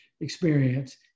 experience